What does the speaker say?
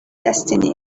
destiny